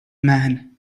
man